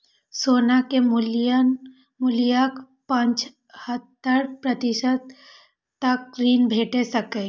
सोना के मूल्यक पचहत्तर प्रतिशत तक ऋण भेट सकैए